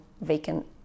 vacant